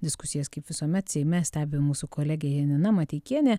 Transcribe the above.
diskusijas kaip visuomet seime stebi mūsų kolegė janina mateikienė